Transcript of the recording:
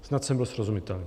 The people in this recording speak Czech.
Snad jsem byl srozumitelný.